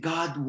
God